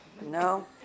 No